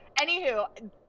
anywho